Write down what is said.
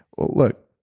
look,